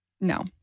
no